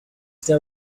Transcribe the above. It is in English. there